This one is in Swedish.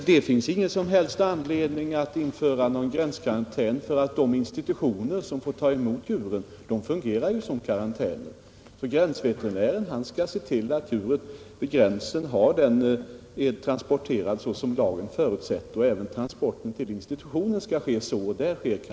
Herr talman! Det finns ingen anledning att införa karantän vid gränsen. De institutioner som får ta emot försöksdjur fungerar som karantäner. Gränsveterinären skall se till att djuren vid gränsen har transporterats som lagen föreskriver och även att transporten till institutionen sker så.